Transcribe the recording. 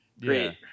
great